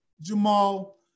Jamal